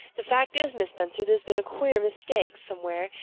the fact is, mrs. spencer, there's been a queer mistake somewhere,